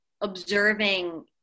observing